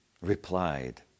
replied